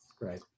Right